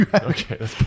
Okay